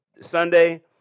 Sunday –